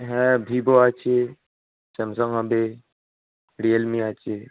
হ্যাঁ ভিভো আছে স্যামসং হবে রিয়েলমি আছে